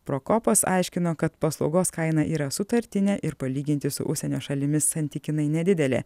prokopas aiškino kad paslaugos kaina yra sutartinė ir palyginti su užsienio šalimis santykinai nedidelė